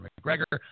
McGregor